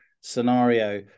scenario